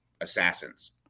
assassins